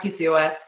PCOS